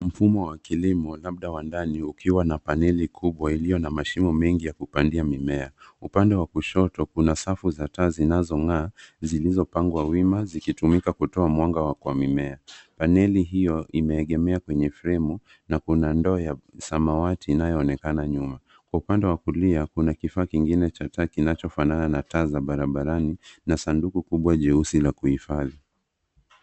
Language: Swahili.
Mfumo wa kilimo labda wa ndani ukiwa na paneli kubwa ilio na mashimo mengi ya kupandia mimea. Upande wa kushoto kuna safu za taa zinazo ng'aa zilizo pangwa wima zikitumika kutoa mwanga kwa mimea. Paneli hiyo ime egemea kwenye fremu na kuna ndoo ya samawati inayaonekana nyuma. Upande wa kulia kuna kifaa kingine cha taa kinacho fanana na taa za barabarani na sanduku kubwa jeusi la kuhifadhi.